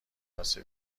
کاسه